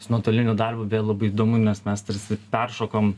su nuotoliniu darbu beje labai įdomu nes mes tarsi peršokom